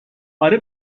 اره